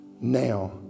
now